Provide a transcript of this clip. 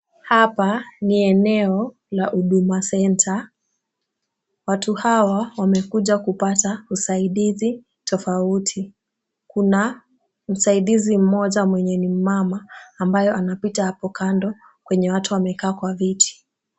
Hapa ni eneo la Huduma Centre, watu hawa wamekuja kupata usaidizi tofauti. Kuna msaidizi mmoja mwenye ni mumama ambaye anapita hapo kando kwenye watu wamekaa kwa viti.